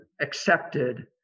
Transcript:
accepted